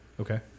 okay